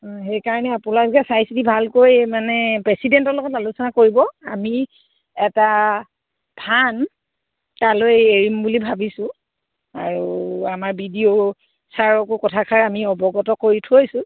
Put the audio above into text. সেইকাৰণে আপোনালোকে চাই চিতি ভালকৈ মানে প্ৰেচিডেণ্টৰ লগত আলোচনা কৰিব আমি এটা ধান তালৈ এৰিম বুলি ভাবিছোঁ আৰু আমাৰ বি ডি অ' ছাৰকো কথাষাৰ আমি অৱগত কৰি থৈছোঁ